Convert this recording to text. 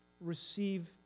receive